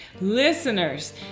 listeners